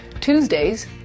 Tuesdays